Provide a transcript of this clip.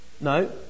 no